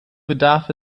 bedarf